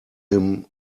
him